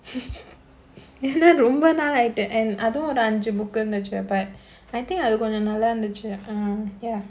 ஏனா ரொம்ப நாள் ஆயிட்டு:yaenaa romba naal aayittu and அதும் ஒரு அஞ்சு:athum oru anju book வெச்சுருப்ப:vechuruppa I think அது கொஞ்சம் நல்லா இருந்துச்சு:athu konjam nallaa irunthuchu uh ya